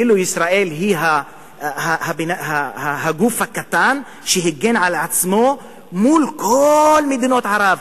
לטעון כאילו ישראל היא הגוף הקטן שהגן על עצמו מול כל מדינות ערב.